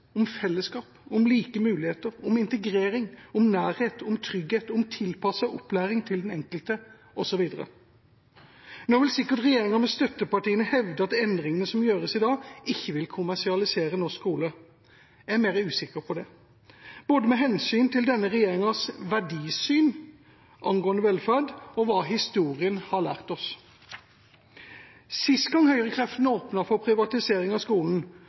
om fellesskap, om like muligheter, om integrering, om nærhet, om trygghet, om tilpasset opplæring til den enkelte osv. Nå vil sikkert regjeringa med støttepartiene hevde at endringene som gjøres i dag, ikke vil kommersialisere norsk skole. Jeg er mer usikker på det, både med hensyn til denne regjeringas verdisyn angående velferd og hva historien har lært oss. Sist gang høyrekreftene åpnet for privatisering av skolen,